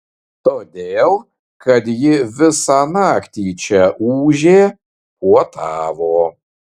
todėl kad ji visą naktį čia ūžė puotavo